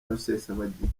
rusesabagina